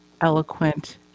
eloquent